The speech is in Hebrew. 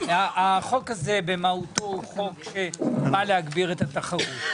החוק הזה במהותו הוא חוק שבא להגביר את התחרות.